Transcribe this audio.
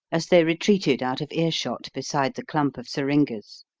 as they retreated out of ear-shot beside the clump of syringas.